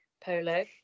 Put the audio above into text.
polo